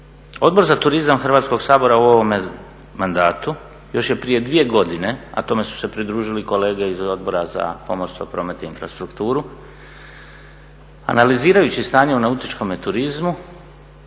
Odbor za turizam Hrvatskog sabora u ovome mandatu još je prije dvije godine, a tome su se pridružili kolege iz Odbora za pomorstvo, promet i infrastrukturu, analizirajući stanje u nautičkome turizmu